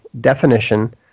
definition